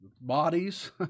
bodies